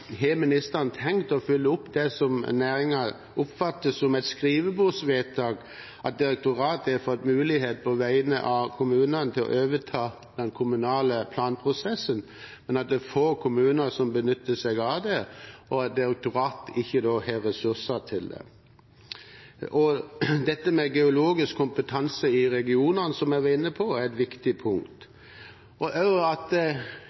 har ministeren tenkt å følge opp det som næringen oppfatter som et skrivebordsvedtak – at direktoratet har fått mulighet på vegne av kommunene til å overta den kommunale planprosessen, men at det er få kommuner som benytter seg av det, og at direktoratet da ikke har ressurser til det? Geologisk kompetanse i regionene, som jeg var inne på, er et viktig punkt, og også at